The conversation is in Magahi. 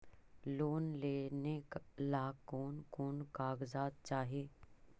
लोन लेने ला कोन कोन कागजात चाही?